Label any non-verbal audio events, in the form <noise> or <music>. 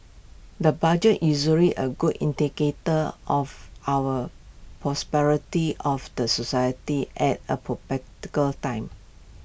the budget is usually A good indicator of our <unintelligible> of the society at A <unintelligible> time